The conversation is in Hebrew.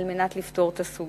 על מנת לפתור את הסוגיה.